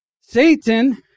Satan